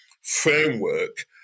framework